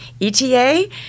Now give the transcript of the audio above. ETA